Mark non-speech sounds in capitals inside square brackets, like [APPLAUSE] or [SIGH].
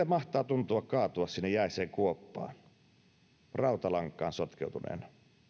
[UNINTELLIGIBLE] mahtaa tuntua kaatua sinne jäiseen kuoppaan rautalankaan sotkeutuneena